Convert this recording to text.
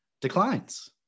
declines